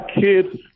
kids